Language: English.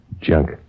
Junk